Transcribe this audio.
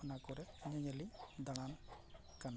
ᱚᱱᱟ ᱠᱚᱨᱮ ᱧᱮᱼᱧᱮᱞᱤᱧ ᱫᱟᱬᱟᱱ ᱠᱟᱱᱟ